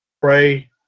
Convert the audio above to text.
pray